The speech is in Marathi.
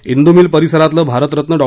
व्रि मिल परिसरातलं भारतरत्न डॉ